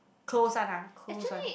close one ah close one